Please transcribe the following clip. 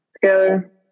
Together